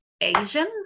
Asian